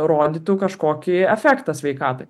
rodytų kažkokį efektą sveikatai